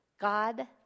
God